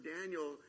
Daniel